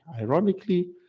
ironically